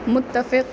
متفق